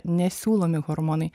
nesiūlomi hormonai